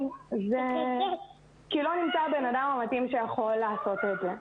זה כי לא נמצא הבן אדם המתאים שיכול לעשות את זה.